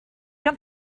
kan